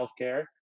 healthcare